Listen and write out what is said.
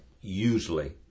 usually